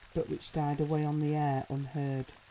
but which died away on the air unheard.